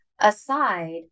aside